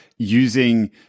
using